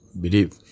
believe